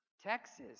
Texas